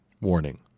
Warning